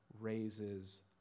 raises